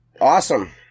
awesome